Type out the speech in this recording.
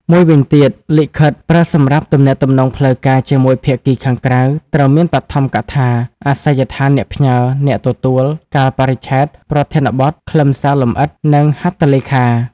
មួយវិញទៀត លិខិត ប្រើសម្រាប់ទំនាក់ទំនងផ្លូវការជាមួយភាគីខាងក្រៅ ត្រូវមានបឋមកថា អាសយដ្ឋានអ្នកផ្ញើ អ្នកទទួល កាលបរិច្ឆេទ ប្រធានបទ ខ្លឹមសារលម្អិត និងហត្ថលេខា។